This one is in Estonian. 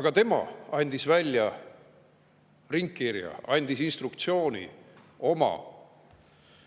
Aga tema andis välja ringkirja, andis instruktsiooni oma alluvatele,